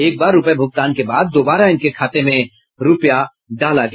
एक बार रूपये भुगतान के बाद दोबारा इनके खाते में रूपया डाल दिया गया